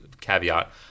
caveat